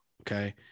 Okay